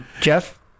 Jeff